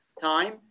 time